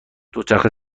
دوچرخه